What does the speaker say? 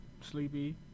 sleepy